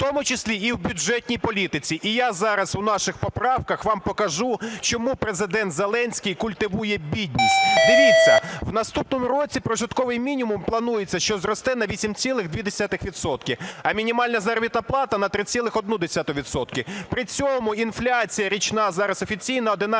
в тому числі і в бюджетній політиці. І я зараз у наших поправках вам покажу, чому Президент Зеленський культивує бідність. Дивіться, у наступному році прожитковий планується що зросте на 8,2 відсотка, а мінімальна заробітна плата – на 3,1 відсотка. При цьому інфляція річна зараз офіційно – 11